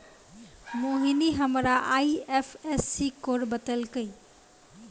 मोहिनी हमरा IFSC code बतैलकै